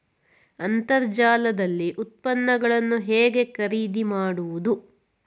ಅಂತರ್ಜಾಲದಲ್ಲಿ ಉತ್ಪನ್ನಗಳನ್ನು ಹೇಗೆ ಖರೀದಿ ಮಾಡುವುದು?